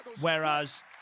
whereas